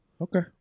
Okay